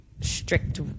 strict